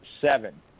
seven